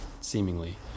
seemingly